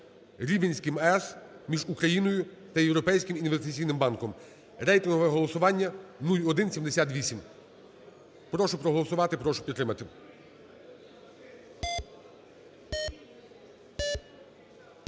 Рівненська АЕС) між Україною та Європейським інвестиційним банком. Рейтингове голосування 0178. Прошу проголосувати. Прошу підтримати.